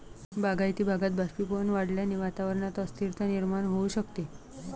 बागायती भागात बाष्पीभवन वाढल्याने वातावरणात अस्थिरता निर्माण होऊ शकते